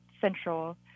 central